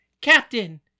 Captain